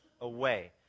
away